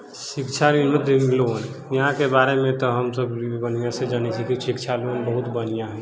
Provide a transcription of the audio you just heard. शिक्षा लोन यहाँके बारेमे तऽ हमसब बढ़िआँसँ जनै छी कि शिक्षा लोन बहुत बढ़िआँ हय